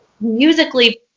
musically